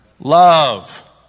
Love